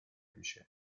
میشه